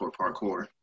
parkour